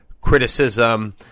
criticism